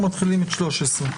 ו-14(4).